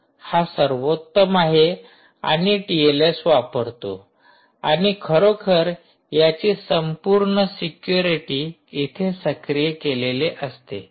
हा सर्वोत्तम आहे आणि टीएलएस वापरतो आणि खरोखर याची संपूर्ण सिक्युरिटी इथे सक्रिय केलेले असते